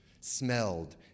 smelled